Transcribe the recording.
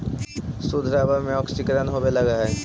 शुद्ध रबर में ऑक्सीकरण होवे लगऽ हई